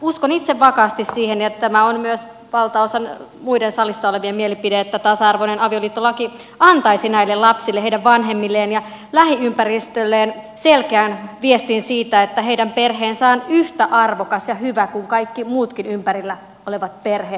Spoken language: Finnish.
uskon itse vakaasti siihen ja tämä on myös muista salissa olevista valtaosan mielipide että tasa arvoinen avioliittolaki antaisi näille lapsille heidän vanhemmilleen ja lähiympäristölleen selkeän viestin siitä että heidän perheensä on yhtä arvokas ja hyvä kuin kaikki muutkin ympärillä olevat perheet